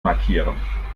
markieren